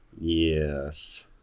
Yes